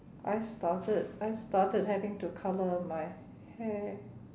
I started I started having to colour my hair